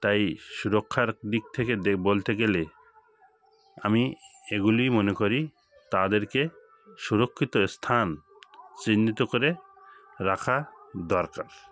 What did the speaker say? তাই সুরক্ষার দিক থেকে দে বলতে গেলে আমি এগুলিই মনে করি তাদেরকে সুরক্ষিত এস্থান চিহ্নিত করে রাখা দরকার